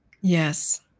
Yes